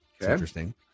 Interesting